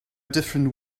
different